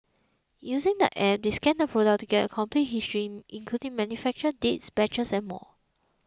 using the app they scan the product to get a complete history including manufacturer dates batches and more